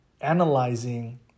analyzing